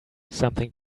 something